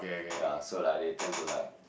ya so like they tend to like